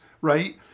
right